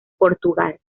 portugal